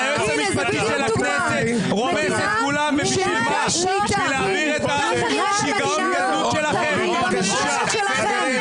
בהתייחס למה שנאמר פה מוקדם יותר היום,